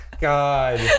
God